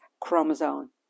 chromosome